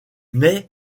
mais